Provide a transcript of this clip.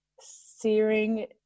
searing